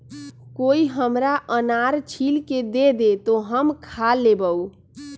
कोई हमरा अनार छील के दे दे, तो हम खा लेबऊ